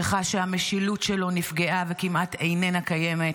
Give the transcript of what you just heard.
שחש שהמשילות שלו נפגעה וכמעט איננה קיימת